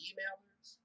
Emailers